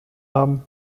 haben